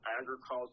agriculture